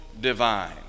divine